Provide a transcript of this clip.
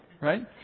right